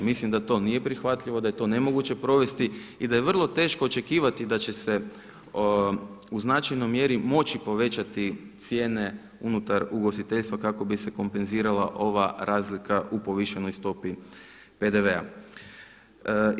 Mislim da to nije prihvatljivo, da je to nemoguće provesti i da je vrlo teško očekivati da će se u značajnoj mjeri moći povećati cijene unutar ugostiteljstva kako bi se kompenzirala ova razlika u povišenoj stopi PDV-a.